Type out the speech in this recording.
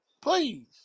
Please